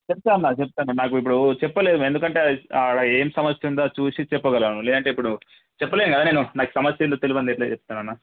చెప్తా అన్న చెప్తాను నాకు ఇప్పుడు చెప్పలేము ఎందుకుంటే అక్కడ ఏమీ సమస్య ఉందో చూసి చెప్పగలను లేదంటే ఇప్పుడు చెప్పలేను గదా నేను నాకు సమస్య ఏంటో తెలియనిది ఎట్లా చెప్తానన్నా